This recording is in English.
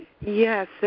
Yes